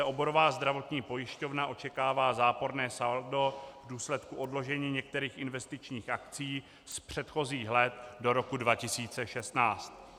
Oborová zdravotní pojišťovna očekává záporné saldo v důsledku odložení některých investičních akcí z předchozích let do roku 2016.